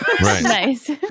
Nice